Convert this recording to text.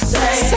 Say